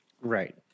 Right